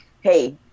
hey